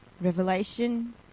Revelation